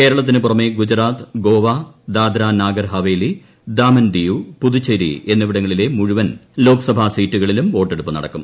കേരളത്തിനു പുറമെ ഗുജറാത്ത് ഗോവ ദാദ്രാനഗർ ഹവേലി ദാമൻ ദിയു പുതുച്ചേരി എന്നിവിടങ്ങളിലെ മുഴുവൻ ലോക്സഭാ സീറ്റുകളിലും വോട്ടെടുപ്പ് നടക്കും